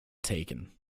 taken